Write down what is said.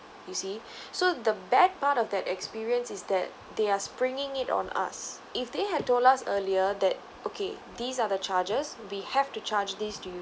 you see so the bad part of that experience is that they are springing it on us if they had told us earlier that okay these are the charges we have to charge these to you